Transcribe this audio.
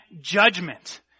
judgment